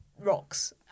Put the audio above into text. rocks